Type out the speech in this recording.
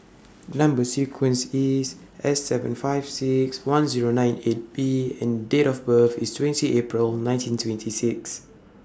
Number sequence IS S seven five six one Zero nine eight B and Date of birth IS twentieth April nineteen twenty six